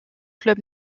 club